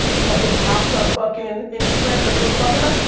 something pops on fucking instagram and everyone's talking about